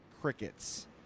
crickets